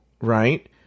right